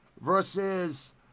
versus